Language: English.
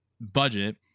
budget